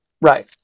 right